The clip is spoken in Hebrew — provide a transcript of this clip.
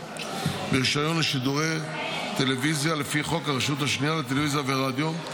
לרישיון לשידורי טלוויזיה לפי חוק הרשות השנייה לטלוויזיה ורדיו.